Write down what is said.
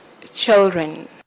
children